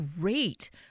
great